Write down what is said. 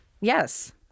Yes